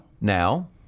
now